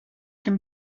can